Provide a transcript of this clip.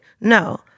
No